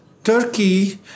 Turkey